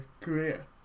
career